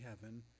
heaven